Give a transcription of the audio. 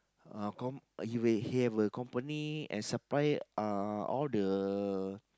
uh com~ you will have a company and supply uh all the